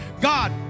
God